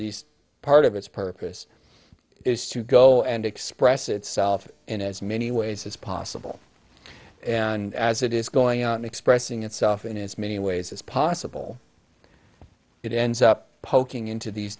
least part of its purpose is to go and express itself in as many ways as possible and as it is going on expressing itself in as many ways as possible it ends up poking into these